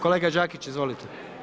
Kolega Đakić, izvolite.